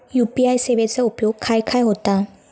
UPI सेवेचा उपयोग खाय खाय होता?